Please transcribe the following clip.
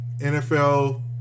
NFL